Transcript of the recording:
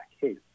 case